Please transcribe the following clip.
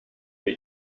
wir